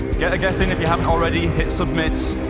get a guess in if you haven't already. hit submit.